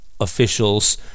officials